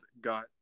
got